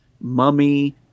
mummy